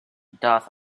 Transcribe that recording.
doth